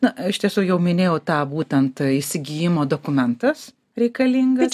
na iš tiesų jau minėjau tą būtent įsigijimo dokumentas reikalingas